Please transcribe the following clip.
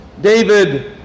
David